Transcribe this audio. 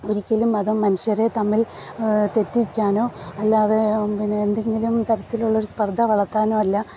ഒരിക്കലും മതം മനുഷ്യരെ തമ്മിൽ തെറ്റിക്കാനോ അല്ലാതെ പിന്നെ എന്തെങ്കിലും തരത്തിലുള്ള സ്പർദ വളർത്താനോ അല്ല